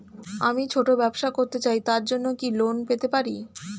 আমি ছোট ব্যবসা করতে চাই তার জন্য কি লোন পেতে পারি?